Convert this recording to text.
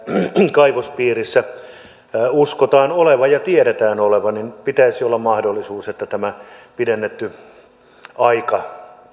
kaivospiirissä uskotaan olevan ja tiedetään olevan pitäisi olla mahdollisuus että tätä pidennettyä aikaa